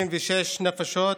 26 נפשות,